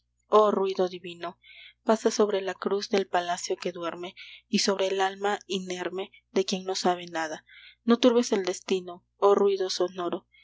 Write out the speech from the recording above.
oh ruido divino pasa sobre la cruz del palacio que duerme y sobre el alma inerme de quien no sabe nada no turbes el destino oh ruido sonoro